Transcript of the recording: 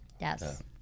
Yes